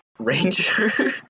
ranger